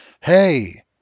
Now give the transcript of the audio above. hey